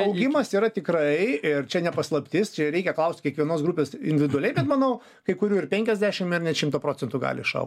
augimas yra tikrai ir čia ne paslaptis čia reikia klaust kiekvienos grupės individualiai bet manau kai kurių ir penkiasdešim i r net šimtą procentų gali išaugt